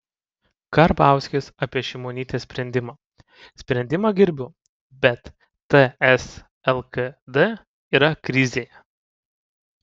karbauskis apie šimonytės sprendimą sprendimą gerbiu bet ts lkd yra krizėje